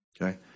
okay